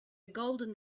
golden